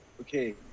okay